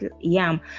yam